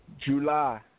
July